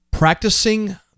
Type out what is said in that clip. Practicing